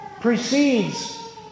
precedes